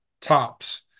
tops